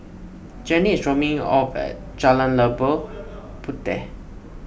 Jenni is dropping me off at Jalan Labu Puteh